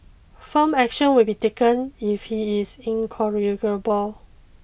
firm action will be taken if he is incorrigible